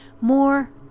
more